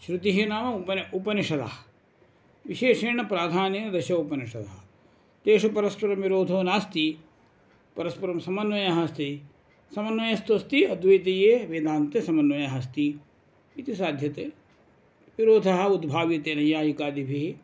श्रुतिः नाम उपनिषदः उपनिषदः विशेषेण प्राधान्येन दश उपनिषदः तेषु परस्परं विरोधः नास्ति परस्परं समन्वयः अस्ति समन्वयस्तु अस्ति अद्वैतीये वेदान्ते समन्वयः अस्ति इति साध्यते विरोधः उद्भाव्यते नय्यायिकादिभिः